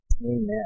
Amen